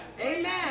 Amen